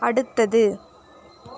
அடுத்தது